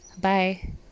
bye